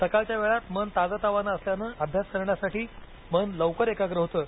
सकाळच्या वेळात मन ताजंतवानं असल्यानं अभ्यास करण्यासाठी मन लवकर एकाग्र होतं